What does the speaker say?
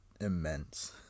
immense